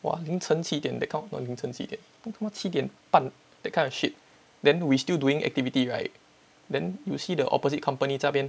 !wah! 凌晨七点 that kind of not 凌晨七点七点半 that kind of shit then we still doing activity right then you see the opposite company 在那边